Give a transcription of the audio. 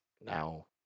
Now